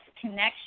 connection